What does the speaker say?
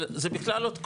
אבל, זה בכלל עוד קודם.